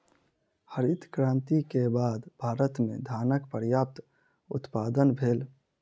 हरित क्रांति के बाद भारत में धानक पर्यात उत्पादन भेल